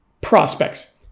prospects